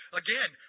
again